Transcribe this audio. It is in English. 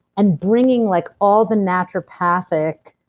and bringing like all the naturopathic